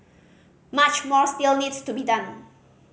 much more still needs to be done